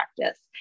practice